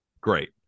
great